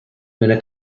minute